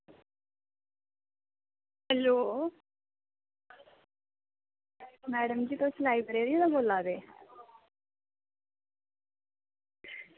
hello madam ji तुस library दा बोल्ला दे